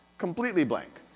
completely blank.